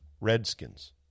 Redskins